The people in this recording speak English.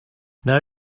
now